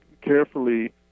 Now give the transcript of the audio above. carefully